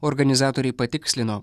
organizatoriai patikslino